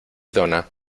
donna